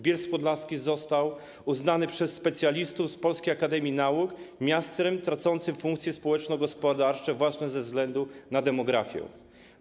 Bielsk Podlaski został uznany przez specjalistów z Polskiej Akademii Nauk za miasto tracące funkcje społeczno-gospodarcze właśnie ze względu na demografię.